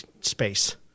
space